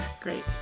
Great